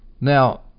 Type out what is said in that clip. Now